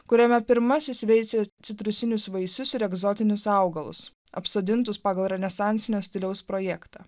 kuriame pirmasis veisė citrusinius vaisius ir egzotinius augalus apsodintus pagal renesansinio stiliaus projektą